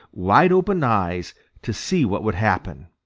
wide-open eyes to see what would happen.